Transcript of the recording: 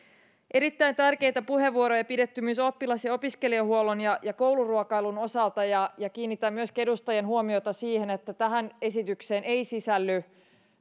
erittäin tärkeitä puheenvuoroja on pidetty myös oppilas ja opiskelijahuollon ja ja kouluruokailun osalta ja ja kiinnitän myöskin edustajien huomiota siihen että tähän esitykseen ei sisälly